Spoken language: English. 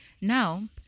Now